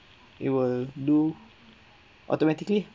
it will do automatically